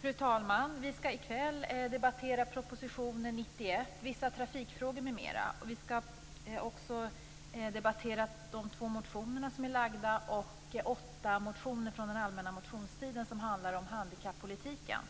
Fru talman! Vi skall i kväll debattera prop. 1998/99:91 Vissa trafikfrågor m.m. Vi skall också debattera de två motioner som är väckta med anledning av den och åtta motioner från den allmänna motionstiden som handlar om handikappolitiken.